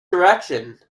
direction